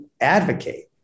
advocate